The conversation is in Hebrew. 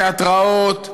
תיאטראות,